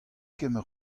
kemer